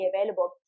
available